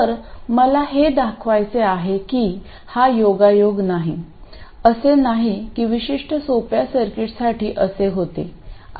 तर मला हे दाखवायचे आहे की हा योगायोग नाही असे नाही की विशिष्ट सोप्या सर्किटसाठी असे होते